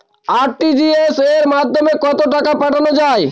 RTGS এর মাধ্যমে কত টাকা পাঠানো যায়?